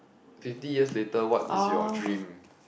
fifty years later what is your dream